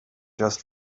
just